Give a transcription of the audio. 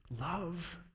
Love